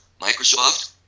Microsoft